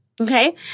okay